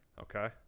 Okay